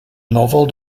novel